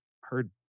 heard